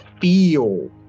feel